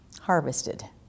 harvested